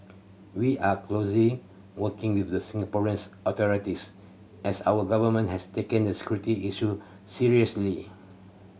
we are closely working with the Singaporeans authorities as our government has taken the security issue seriously